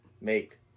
make